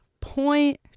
point